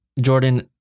Jordan